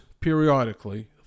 periodically